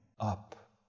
up